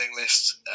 list